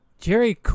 Jerry